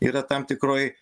yra tam tikroj